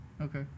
Okay